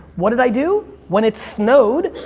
what did i do? when it snowed,